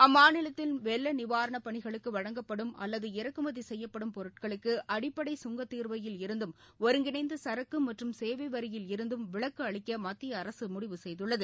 அம்மாநிலத்தின் வெள்ள நிவாரண பணிகளுக்கு வழங்கப்படும் அல்லது இறக்குமதி செய்யப்படும் பொருட்களுக்கு அடிப்படை கங்கத்தீர்வையில் இருந்தும் ஒருங்கிணைந்த சரக்கு மற்றும் சேவை வரியில் இருந்தும் விலக்கு அளிக்க மத்திய அரசு முடிவு செய்துள்ளது